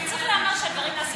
צריך להיאמר שהדברים נעשים.